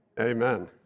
Amen